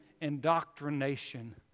indoctrination